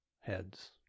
Heads